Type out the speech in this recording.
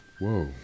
Whoa